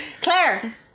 Claire